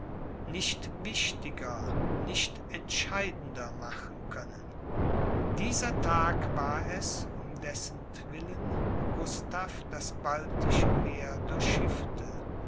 nicht wichtiger nicht entscheidender machen können dieser tag war es um dessentwillen gustav das baltische meer durchschiffte